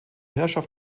herrschaft